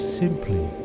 simply